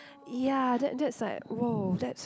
ya that that's like !woah! that's